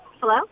Hello